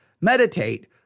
meditate